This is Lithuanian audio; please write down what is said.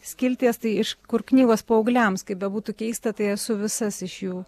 skilties tai iš kur knygos paaugliams kaip bebūtų keista tai esu visas iš jų